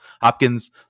Hopkins